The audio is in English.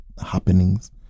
happenings